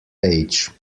page